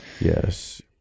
yes